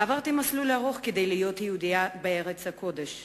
עברתי מסלול ארוך כדי להיות יהודייה בארץ הקודש,